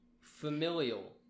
Familial